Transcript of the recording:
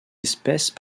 espèces